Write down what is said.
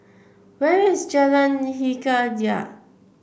where is Jalan Hikayat